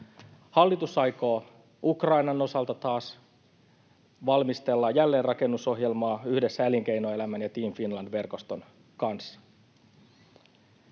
Hallitus aikoo Ukrainan osalta valmistella jälleenrakennusohjelmaa yhdessä elinkeinoelämän ja Team Finland ‑verkoston kanssa.